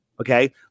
Okay